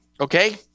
Okay